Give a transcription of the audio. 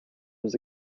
was